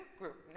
group